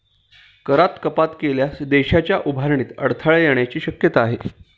करात कपात केल्यास देशाच्या उभारणीत अडथळा येण्याची शक्यता आहे